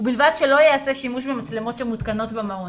ובלבד שלא ייעשה שימוש במצלמות שמותקנות במעון".